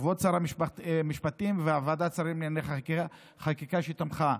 לכבוד שר המשפטים ולוועדת השרים לענייני חקיקה שתמכה.